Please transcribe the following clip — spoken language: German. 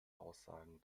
aussagen